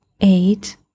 eight